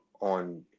on